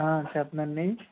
చెప్పనా అండి